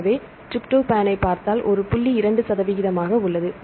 எனவே டிரிப்டோபனைப் பார்த்தால் ஒரு புள்ளி 2 சதவிகிமாக உள்ளது